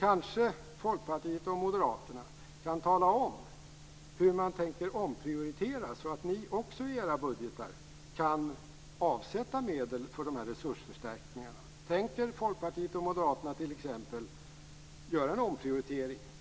Kanske kan Folkpartiet och Moderaterna tala om hur man tänker omprioritera så att ni i era budgetar också kan avsätta medel för resursförstärkningarna. Tänker Folkpartiet och Moderaterna t.ex. göra en omprioritering?